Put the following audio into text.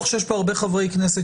שיסדירו היבטים רבים.